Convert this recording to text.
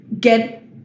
get